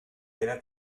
queda